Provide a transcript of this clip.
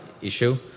issue